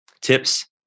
tips